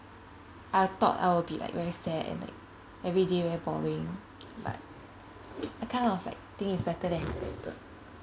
I thought I will be like very sad and like every day very boring but I kind of like think it's better than expected